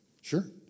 Sure